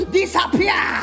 disappear